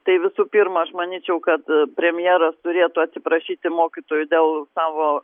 tai visų pirma aš manyčiau kad premjeras turėtų atsiprašyti mokytojų dėl savo